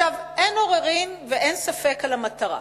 אין עוררין ואין ספק מה המטרה.